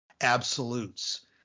absolutes